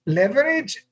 leverage